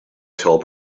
told